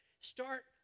start